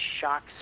shocks